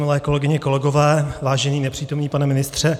Milé kolegyně, kolegové, vážený nepřítomný pane ministře.